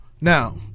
Now